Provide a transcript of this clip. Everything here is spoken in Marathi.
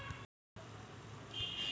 सोला कायनं पेराव?